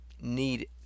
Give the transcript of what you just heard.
need